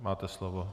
Máte slovo.